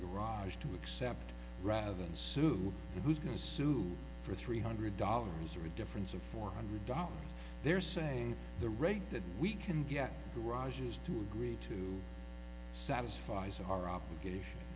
garage to accept rather than sue who's going to sue for three hundred dollars or a difference of four hundred dollars they're saying the rate that we can get garages to agree to satisfies our obligation